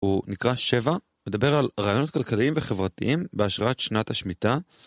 הוא נקרא שבע, מדבר על רעיונות כלכליים וחברתיים בהשראת שנת השמיטה.